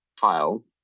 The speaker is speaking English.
file